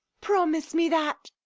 promise me that.